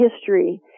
history